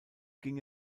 ging